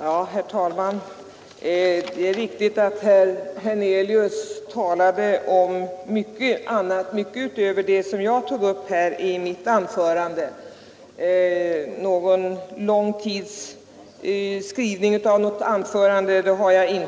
Herr talman! Det är riktigt att herr Hernelius talade om mycket annat än det jag tog upp i mitt anförande. Någon möjlighet att ägna lång tid åt att skriva ett anförande har jag,